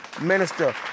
Minister